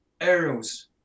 aerials